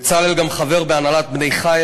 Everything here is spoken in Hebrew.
בצלאל גם חבר בהנהלת "בני חיל",